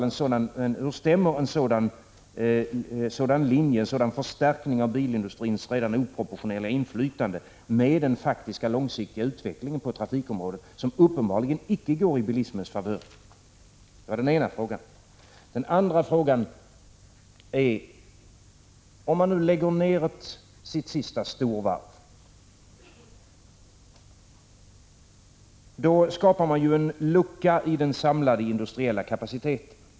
Hur stämmer en sådan förstärkning av bilindusrins redan oproportionerliga inflytande med den faktiska, långsiktiga utvecklingen på trafikområdet, som uppenbarligen inte 23 går i bilismens favör? — Det är den ena frågan. Den andra frågan är: Om man nu lägger ned sitt sista storvarv skapar man en lucka i den samlade industriella kapaciteten.